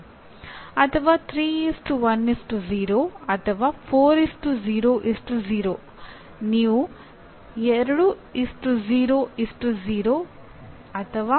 ಅಥವಾ 3 1 0 ಅಥವಾ 4 0 0